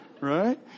Right